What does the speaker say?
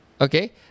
Okay